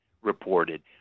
reported